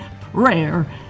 prayer